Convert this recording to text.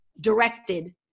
directed